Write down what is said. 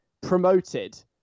promoted